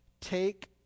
take